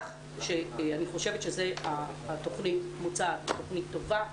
אני חושבת שהתכנית המוצעת היא תכנית טובה,